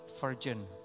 virgin